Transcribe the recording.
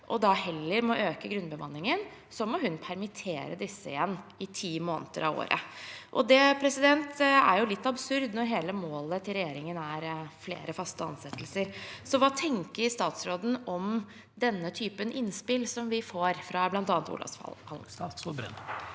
men heller må øke grunnbemanningen, må hun permittere disse igjen i ti måneder av året. Det er litt absurd når hele målet til regjeringen er flere faste ansettelser. Hva tenker statsråden om denne typen innspill som vi får fra bl.a. Olavshallen?